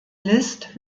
liszt